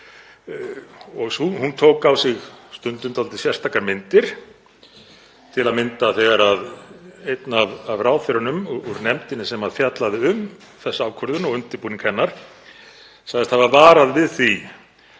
stundum á sig dálítið sérstakar myndir, til að mynda þegar einn af ráðherrunum úr nefndinni sem fjallaði um þessa ákvörðun og undirbúning hennar sagðist hafa varað við því